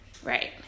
right